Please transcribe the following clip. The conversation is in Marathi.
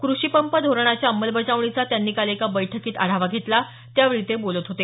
कृषी पंप धोरणाच्या अंमलबजावणीचा त्यांनी काल एका बैठकीत आढावा घेतला त्यावेळी ते बोलत होते